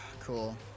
Cool